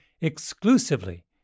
exclusively